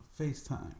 FaceTime